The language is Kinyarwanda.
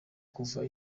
kuva